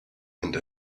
and